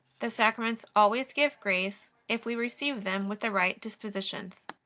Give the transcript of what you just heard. the sacraments always give grace, if we receive them with the right dispositions.